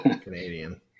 Canadian